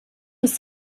des